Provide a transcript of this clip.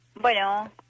Bueno